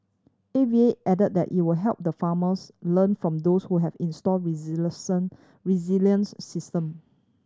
A V A added that it will help the farmers learn from those who have installed resilient system